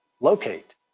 locate